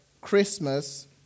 Christmas